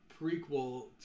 prequel